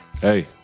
hey